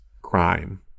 crime